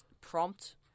prompt